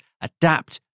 adapt